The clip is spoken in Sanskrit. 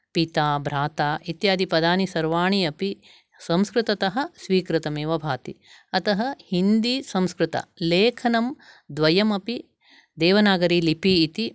पिता भ्राता इत्यादि पदानि सर्वाणि अपि संस्कृततः स्वीकृतमिव भाति अतः हिन्दीसंस्कृता लेखनं द्वयम् अपि देवनागरीलिपि इति